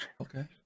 Okay